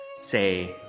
say